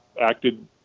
acted